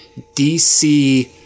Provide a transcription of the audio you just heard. DC